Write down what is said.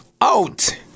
Out